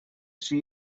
sea